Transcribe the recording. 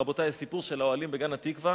רבותי, הסיפור של האוהלים בגן-התקווה